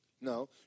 No